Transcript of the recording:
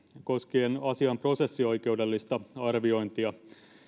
koskien asian prosessioikeudellista arviointia